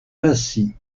rassis